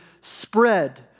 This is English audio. spread